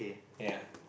yea